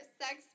sex